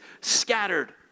scattered